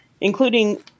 including